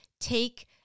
take –